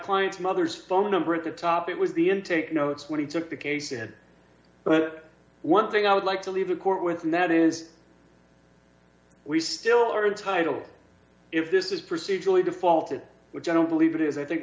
client's mother's phone number at the top it would be in take notes when he took the case in but one thing i would like to leave the court with and that is we still are entitled if this is procedurally defaulted which i don't believe it is i think